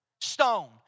Stone